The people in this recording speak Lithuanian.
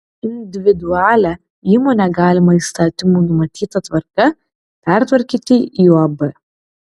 individualią įmonę galima įstatymų numatyta tvarka pertvarkyti į uab